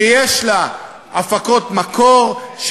שיש לה הפקות מקור,